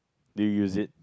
do you use it